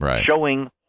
showing